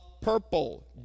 purple